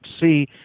see